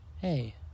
Hey